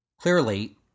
Clearly